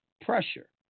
pressure